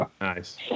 nice